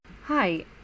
Hi